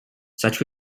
such